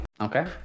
Okay